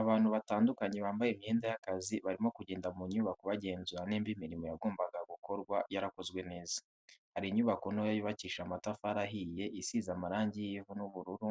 Abantu batandukanye bambaye imyenda y'akazi barimo kugenda mu nyubako bagenzura niba imirimo yagombaga gukorwa yarakozwe neza, hari inyubako ntoya yubakishije amatafari ahiye isize amarangi y'ivu n'ubururu